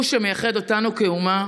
הוא שמייחד אותנו כאומה.